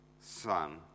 Son